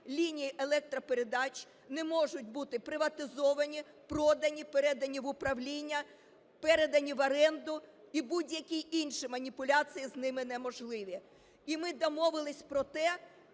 лінії електропередач не можуть бути приватизовані, продані, передані в управління, передані в оренду і будь-які інші маніпуляції з ними неможливі. І ми домовились про те,